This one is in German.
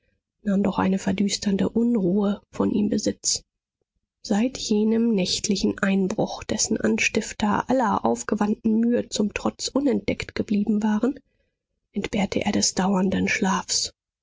nahm doch eine verdüsternde unruhe von ihm besitz seit jenem nächtlichen einbruch dessen anstifter aller aufgewandten mühe zum trotz unentdeckt geblieben waren entbehrte er des dauernden schlafs